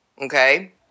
Okay